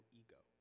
ego